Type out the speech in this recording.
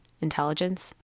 intelligence